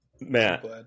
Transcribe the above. Matt